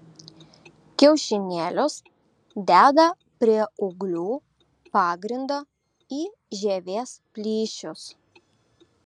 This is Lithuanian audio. kiaušinėlius deda prie ūglių pagrindo į žievės plyšius